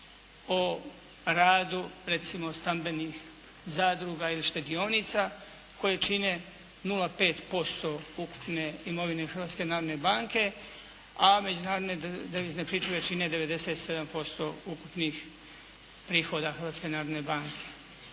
o radu recimo stambenih zadruga ili štedionica koje čine 0,5% ukupne imovine Hrvatske narodne banke, a međunarodne devizne pričuve čine 97% ukupnih prihoda Hrvatske narodne banke.